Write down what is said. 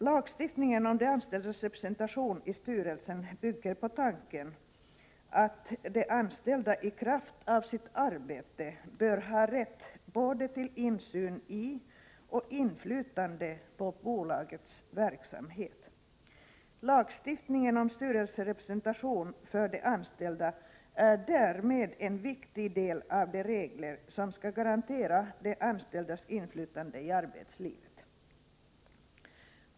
Lagstiftningen om de anställdas representation i styrelsen bygger på tanken att de anställda i kraft av sitt arbete bör ha rätt både till insyn i och inflytande på bolagets verksamhet. Lagstiftningen om styrelserepresentation för de anställda är därmed en viktig del av de regler som skall garantera de anställdas inflytande i arbetslivet.